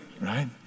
Right